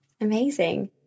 Amazing